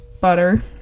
butter